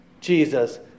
Jesus